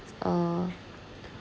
uh